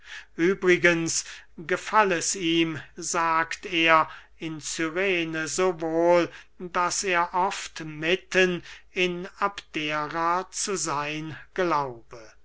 übrigens gefall es ihm sagt er in cyrene so wohl daß er oft mitten in abdera zu seyn glaube